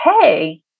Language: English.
Hey